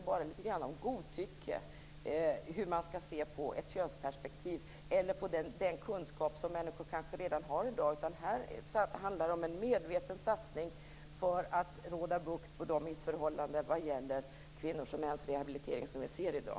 När det gäller hur man skall se på könsperspektiven eller den kunskap som människor kanske redan har handlar det inte bara om godtycke. Det handlar om en medveten satsning för att råda bot på de missförhållanden vad gäller kvinnors och mäns rehabilitering som vi ser i dag.